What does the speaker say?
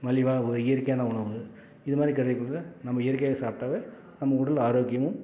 மலிவாக ஓ இயற்கையான உணவு இது மாதிரி கிடைக்ககுள்ள நம்ம இயற்கையாக சாப்பிட்டாவே நம்ம உடல் ஆரோக்கியமும்